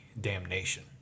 Damnation